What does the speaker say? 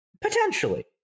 potentially